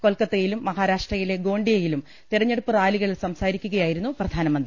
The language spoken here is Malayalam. കൊൽക്കത്തയിലും മഹാരാഷ്ട്രയിലെ ഗോണ്ടി യയിലും തിരഞ്ഞെടുപ്പ് റാലികളിൽ സംസാരിക്കുകയായിരുന്നു പ്രധാനമ ന്തി